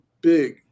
big